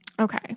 Okay